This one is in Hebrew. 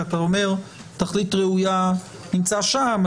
כי אתה אומר שתכלית ראויה נמצאת שם.